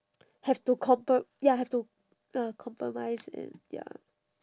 have to compro~ ya have to uh compromise and ya